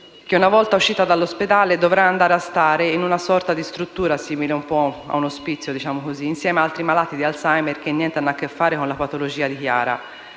che, una volta uscita dall'ospedale, dovrà andare a stare in una sorta di struttura - simile ad un ospizio, diciamo così - insieme ai malati di Alzheimer, che nulla hanno a che fare con la patologia di Chiara.